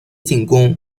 进攻